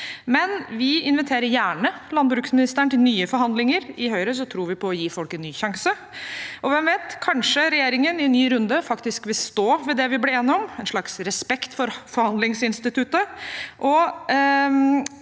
vi inviterer gjerne landbruksministeren til nye forhandlinger. I Høyre tror vi på å gi folk en ny sjanse. Og hvem vet, kanskje regjeringen i en ny runde faktisk vil stå ved det vi ble enige om – en slags respekt for forhandlingsinstituttet.